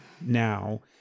now